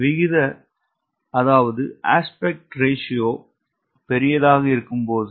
விகித விகிதம் பெரியதாக இருக்கும்போது